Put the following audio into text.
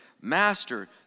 Master